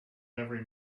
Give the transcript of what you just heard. every